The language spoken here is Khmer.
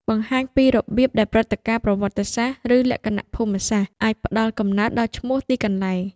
បង្ហាញពីរបៀបដែលព្រឹត្តិការណ៍ប្រវត្តិសាស្ត្រ ឬលក្ខណៈភូមិសាស្ត្រអាចផ្តល់កំណើតដល់ឈ្មោះទីកន្លែង។